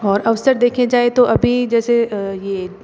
और अवसर देखे जाए तो अभी जैसे ये